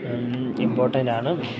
ഇമ്പോർട്ടന്റാണ്